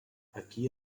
aquí